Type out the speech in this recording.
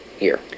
year